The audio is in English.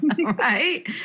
right